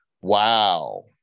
Wow